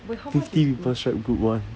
fifty people strike group one